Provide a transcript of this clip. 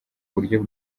buryo